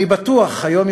אני בטוח היום,